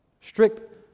strict